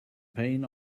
pain